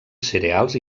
cereals